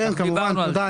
כמובן, תודה.